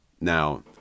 now